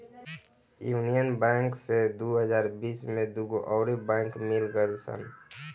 union bank से दू हज़ार बिस में दूगो अउर बैंक मिल गईल सन